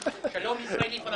שלום ישראלי פלסטיני.